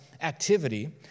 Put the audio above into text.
activity